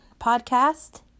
podcast